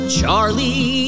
Charlie